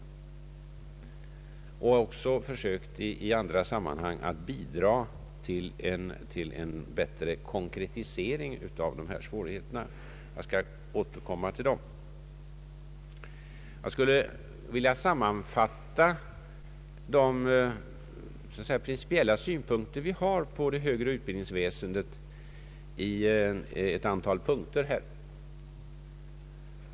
Vi har också i andra sammanhang försökt bidra till en bättre konkretisering av svårigheterna. Jag skall återkomma till dem. Jag skulle vilja sammanfatta vår principiella inställning till det högre utbildningsväsendet i ett antal punkter.